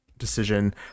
decision